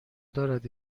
دارد